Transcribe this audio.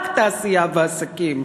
רק תעשייה ועסקים,